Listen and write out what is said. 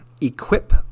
Equip